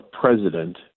president